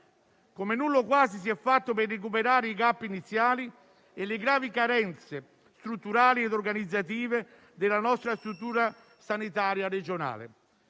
Come nulla o quasi si è fatto per recuperare i *gap* iniziali e le gravi carenze strutturali ed organizzative della nostra struttura sanitaria regionale.